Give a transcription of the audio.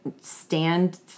stand